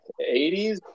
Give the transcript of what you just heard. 80s